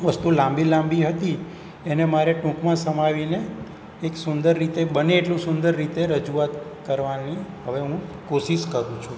વસ્તુ લાંબી લાંબી હતી એને મારે ટૂંકમાં સમાવીને એક સુંદર રીતે બને એટલું સુંદર રીતે રજૂઆત કરવાની હવે હું કોશીશ કરું છું